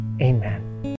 Amen